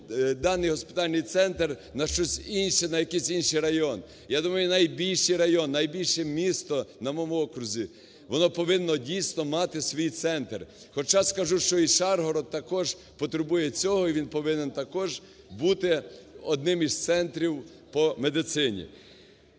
даний госпітальний центр на щось інше, на якийсь інший район. Я думаю, найбільший район, найбільше місто на моєму окрузі, воно повинно дійсно мати свій центр. Хоча скажу, що і Шаргород також потребує цього, і він повинен також бути одним із центрів по медицині.